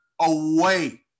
away